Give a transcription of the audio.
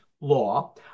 law